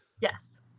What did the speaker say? Yes